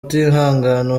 utihangana